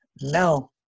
no